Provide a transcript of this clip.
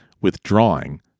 withdrawing